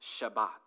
Shabbat